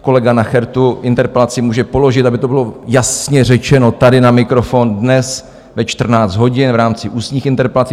Kolega Nacher tu interpelaci může položit, aby to bylo jasně řečeno tady na mikrofon, dnes ve 14 hodin v rámci ústních interpelací.